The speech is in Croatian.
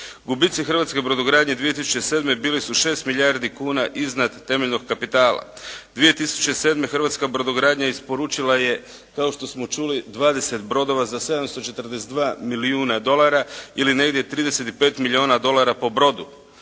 Gubici hrvatske brodogradnje 2007. bili su 6 milijardi kuna iznad temeljnog kapitala. 2007. hrvatska brodogradnja isporučila je kao što smo čuli 20 brodova za 742 milijuna dolara ili negdje 35 milijuna dolara po brodu.